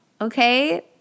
okay